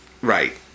Right